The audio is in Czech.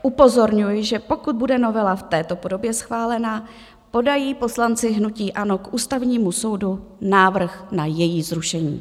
Upozorňuji, že pokud bude novela v této podobě schválena, podají poslanci hnutí ANO k Ústavnímu soudu návrh na její zrušení.